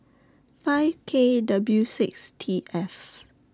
five K W six T F